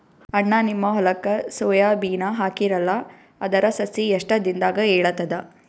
ಅಣ್ಣಾ, ನಿಮ್ಮ ಹೊಲಕ್ಕ ಸೋಯ ಬೀನ ಹಾಕೀರಲಾ, ಅದರ ಸಸಿ ಎಷ್ಟ ದಿಂದಾಗ ಏಳತದ?